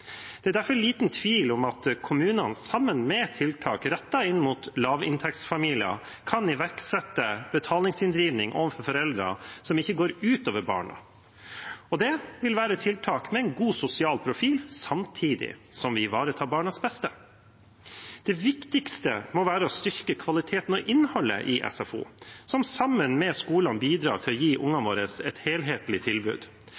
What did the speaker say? Det er derfor liten tvil om at kommunene, sammen med tiltak som er rettet inn mot lavinntektsfamilier, kan iverksette betalingsinndriving overfor foreldrene som ikke går ut over barna. Det vil være tiltak med en god sosial profil, samtidig som vi ivaretar barnas beste. Det viktigste må være å styrke kvaliteten og innholdet i SFO, som sammen med skolene bidrar til å gi ungene våre et helhetlig tilbud.